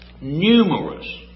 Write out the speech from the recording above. numerous